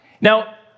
Now